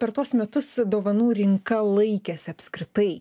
per tuos metus dovanų rinka laikėsi apskritai